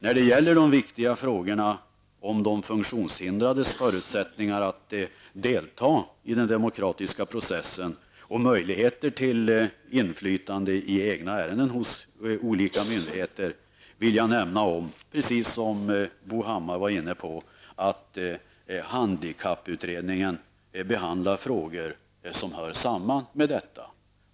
När det gäller de viktiga frågorna om de funktionshindrades förutsättningar att delta i den demokratiska processen och att ha möjligheter till inflytande i egna ärenden hos olika myndigheter vill jag nämna -- precis det var Bo Hammar inne på -- att handikapputredningen behandlar frågor som hör samman med detta.